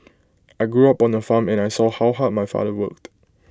I grew up on A farm and I saw how hard my father worked